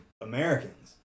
Americans